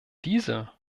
diese